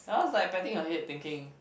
I was like patting her head thinking